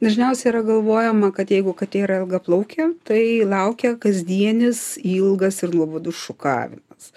dažniausiai yra galvojama kad jeigu katė yra ilgaplaukė tai laukia kasdienis ilgas ir nuobodus šukavimas